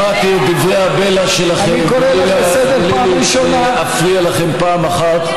שמעתי את דברי הבלע שלכם בלי להפריע לכם פעם אחת.